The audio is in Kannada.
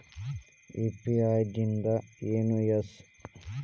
ಯು.ಪಿ.ಐ ದಿಂದ ಏನು ಯೂಸ್?